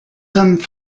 sommes